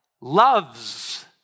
Loves